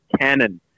Canon